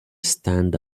stand